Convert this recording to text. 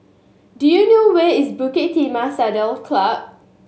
do you know where is Bukit Timah Saddle Club